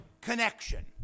connection